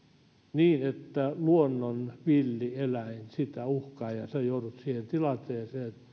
niin että luonnon villieläin sitä uhkaa ja ja joudut siihen tilanteeseen